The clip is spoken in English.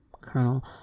Colonel